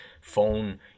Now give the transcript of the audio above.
phone